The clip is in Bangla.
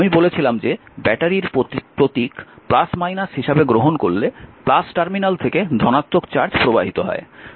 আমি বলেছিলাম যে ব্যাটারির প্রতীক হিসাবে গ্রহণ করলে টার্মিনাল থেকে ধনাত্মক চার্জ প্রবাহিত হয়